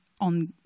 on